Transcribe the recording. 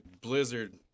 blizzard